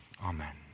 Amen